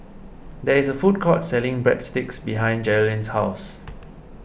there is a food court selling Breadsticks behind Jerrilyn's house